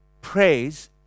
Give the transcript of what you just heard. praise